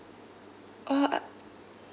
oh ah